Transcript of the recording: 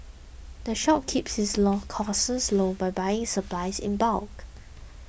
the shop keeps its law costs low by buying supplies in bulk